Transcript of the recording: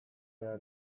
behar